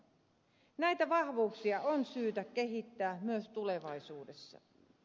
näitä vahvuuksia on syytä kehittää myös tulevaisuudessa